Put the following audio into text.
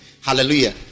hallelujah